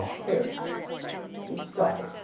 paired on each side,